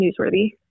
newsworthy